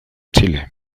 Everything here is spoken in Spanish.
chile